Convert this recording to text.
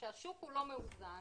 כשהשוק הוא לא מאוזן,